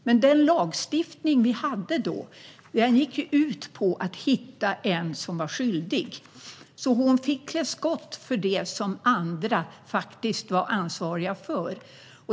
Men den lagstiftning vi hade då gick ut på att hitta en som var skyldig, så hon fick klä skott för det som andra faktiskt var ansvariga för.